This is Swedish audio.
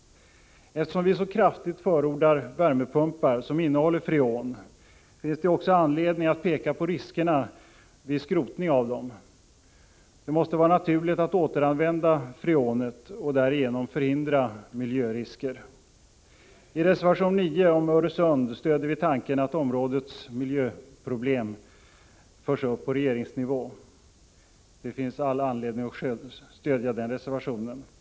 Eftersom vi så kraftigt förordar värmepumpar som innehåller freon finns det också anledning att peka på riskerna vid skrotning av dem. Det måste vara naturligt att återanvända freonet och därigenom förhindra miljörisker. I reservation 9 om Öresund stöder vi tanken att områdets miljöproblem förs upp på regeringsnivå. Det finns all anledning att stödja denna reservation.